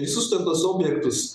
visus ten tuos objektus